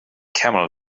camel